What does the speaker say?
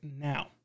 now